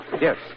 Yes